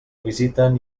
visiten